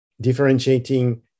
differentiating